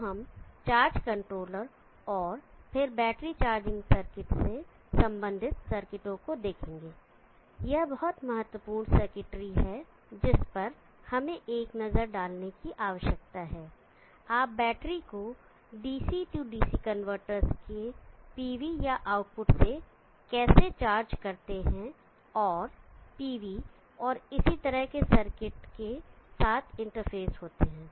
तो हम charge controller और फिर बैटरी चार्जिंग से संबंधित सर्किटों को देखेंगे यह बहुत महत्वपूर्ण सर्किटरी है जिस पर हमें एक नज़र डालने की आवश्यकता है आप बैटरी को DC DC कन्वर्टर्स के पीवी या आउटपुट से कैसे चार्ज करते हैं जो pv और इसी तरह के सर्किट के साथ इंटरफेस होते हैं